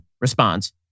response